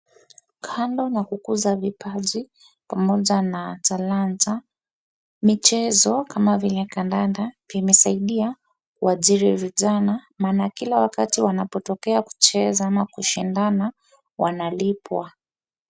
Kando na kukuza vipaji pamoja na talanta, michezo kama vile kandanda vimesaidia kuajiri vijana maana kila wakati wanapotokea kucheza ama kushindana wanalipwa.